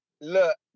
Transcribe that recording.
look